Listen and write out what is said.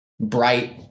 bright